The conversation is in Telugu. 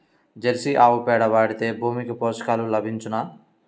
జెర్సీ ఆవు పేడ వాడితే భూమికి పోషకాలు లభించునా?